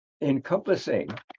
encompassing